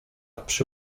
przy